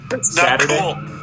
Saturday